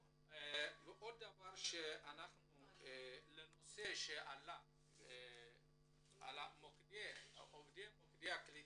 עוד דבר לנושא שעלה על עובדי מוקדי הקליטה,